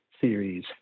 series